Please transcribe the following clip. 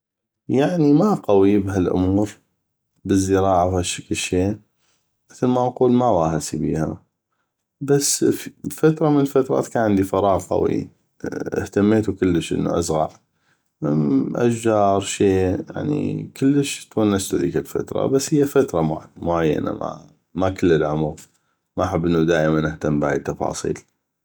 يعني ما قوي بهالامور بالزراعه وهشكل شي مثل ما نقول ما واهسي بس فتره من فترات كان عندي فراغ قوي اهتميتو كلش انو ازغع اشجار شي يعني كلش تونستو هذيك الفتره بس هيه فتره معينه ما كل العمغ ما احب انو دائما اهتم بهاي التفاصيل